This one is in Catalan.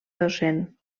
docent